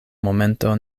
momento